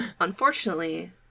Unfortunately